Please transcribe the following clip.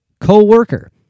co-worker